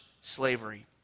slavery